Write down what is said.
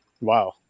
Wow